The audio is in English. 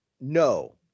No